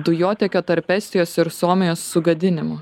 dujotiekio tarp estijos ir suomijos sugadinimo